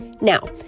now